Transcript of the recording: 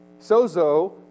sozo